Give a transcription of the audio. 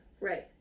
Right